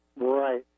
Right